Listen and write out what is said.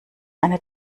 eine